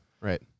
Right